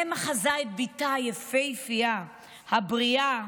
האם אחזה את בתה היפהפייה, הבריאה.